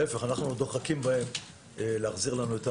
להפך אנחנו דוחקים בהם להחזיר לנו.